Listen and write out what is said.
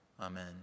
amen